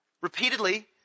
repeatedly